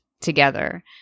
together